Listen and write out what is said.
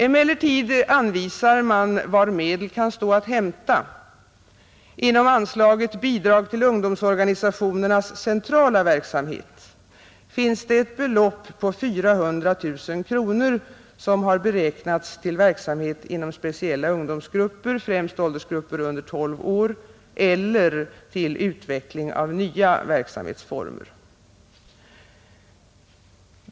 Emellertid anvisar man var medel kan stå att hämta: inom anslaget Bidrag till ungdomsorganisationernas centrala verksamhet finns ett belopp på 400 000 kronor som beräknats till verksamhet inom speciella ungdomsgrupper, främst åldersgrupper under 12 år, eller till utveckling av nya verksamhetsformer.